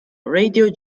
radio